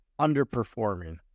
underperforming